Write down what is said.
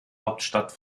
hauptstadt